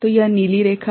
तो यह नीली रेखा है